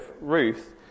Ruth